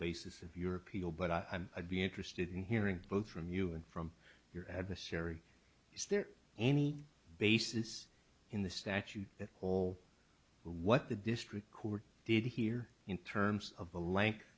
basis of your appeal but i'm i be interested in hearing both from you and from your adversary is there any basis in the statute at all what the district court did here in terms of the length